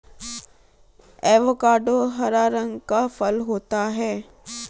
avocado हरा रंग का फल होता है